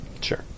Sure